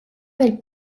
del